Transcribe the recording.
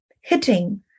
hitting